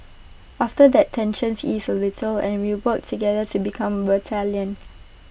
after that tensions ease A little and we work together to become battalion